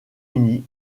uni